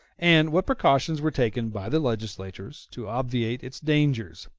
and what precautions were taken by the legislators to obviate its dangers.